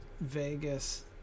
Vegas